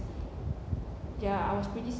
ya I was pretty